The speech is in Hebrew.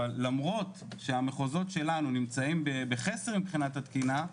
אבל למרות שהמחוזות שלנו נמצאים בחסר מבחינת התקינה,